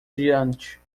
diante